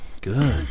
good